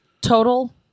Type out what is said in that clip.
Total